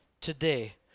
today